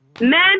Men